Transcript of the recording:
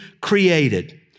created